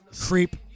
creep